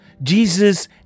Jesus